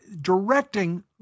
directing